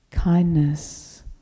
Kindness